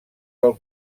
del